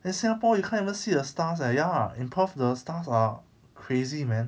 then singapore you can't even see the stars eh ya in perth the stars are crazy man